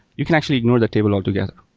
you can actually ignore that table altogether.